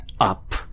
up